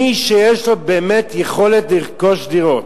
מי שיש לו, באמת, יכולת לרכוש דירות,